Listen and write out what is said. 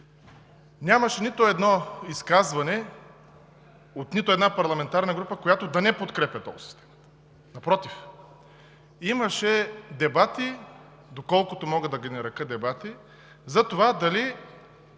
Нямаше нито едно изказване от нито една парламентарна група, която да не подкрепя тол системата. Напротив, имаше дебати, доколкото мога да ги нарека дебати, за това дали